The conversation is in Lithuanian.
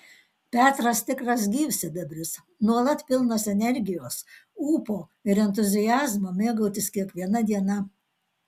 petras tikras gyvsidabris nuolat pilnas energijos ūpo ir entuziazmo mėgautis kiekviena diena